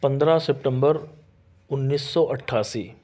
پندرہ سیپٹمبر انیس سو اٹھاسی